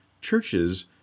Churches